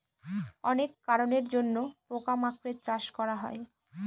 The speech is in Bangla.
অনেক কারনের জন্য পোকা মাকড়ের চাষ করা হয়